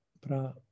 Pra